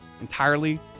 entirely